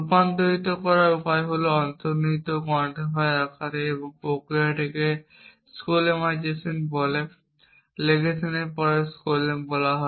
রূপান্তর করার উপায় হল অন্তর্নিহিত কোয়ান্টিফায়ার আকারে এবং প্রক্রিয়াটিকে স্কোলেমাইজেশন বলে লেগেশনের পরে স্কোলেম বলা হয়